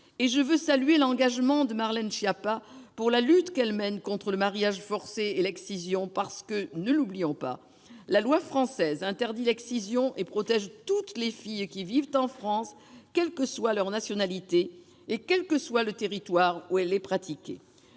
Je veux saluer l'engagement de Marlène Schiappa pour la lutte qu'elle mène contre le mariage forcé et l'excision. En effet, ne l'oublions pas, la loi française interdit l'excision et protège toutes les filles qui vivent en France, quelle que soit leur nationalité et quel que soit le territoire où elle est pratiquée.